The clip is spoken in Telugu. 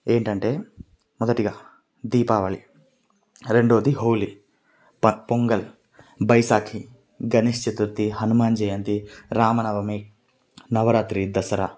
ఏంటంటే మొదటిగా దీపావళి రెండవది హోలీ పొంగల్ బైసాకి గణేష్ చతుర్థి హనుమాన్ జయంతి రామనవమి నవరాత్రి దసరా